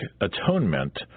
atonement